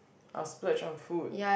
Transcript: I'll splurge on food